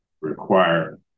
require